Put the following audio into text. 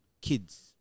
kids